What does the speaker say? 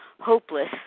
hopeless